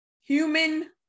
human